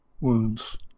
wounds